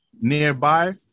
nearby